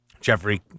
Jeffrey